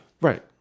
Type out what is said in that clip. right